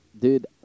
dude